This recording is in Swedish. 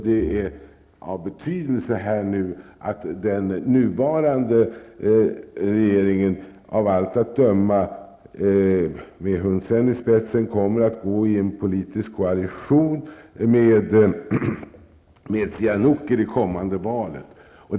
Det är av betydelse att den nuvarande regeringen, av allt att döma med Hun Sen i spetsen, går i politisk koalition med Sihanouk i det kommande valet.